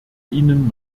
ihnen